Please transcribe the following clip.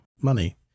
money